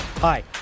Hi